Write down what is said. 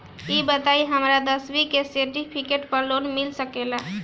ई बताई हमरा दसवीं के सेर्टफिकेट पर लोन मिल सकेला?